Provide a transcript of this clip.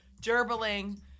Gerbiling